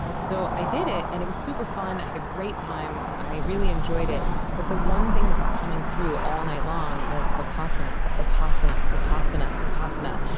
so i did it, and it was super fun. i had a great time. i really enjoyed it. but the one thing that was coming through all night long was vipassana, vipassana, vipassana, vipassana.